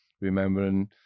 remembering